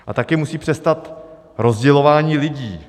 A taky musí přestat rozdělování lidí.